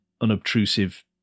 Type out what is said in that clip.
unobtrusive